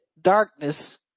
darkness